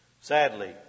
Sadly